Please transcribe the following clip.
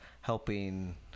helping